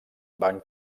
van